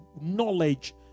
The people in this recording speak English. knowledge